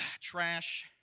trash